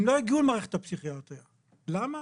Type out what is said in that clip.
הם לא הגיעו למערכת הפסיכיאטריה, למה?